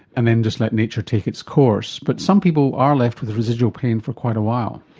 and then just let nature take its course. but some people are left with residual pain for quite a while.